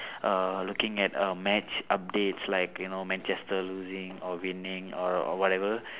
uh looking at uh match updates like you know manchester losing or winning or whatever